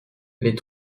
les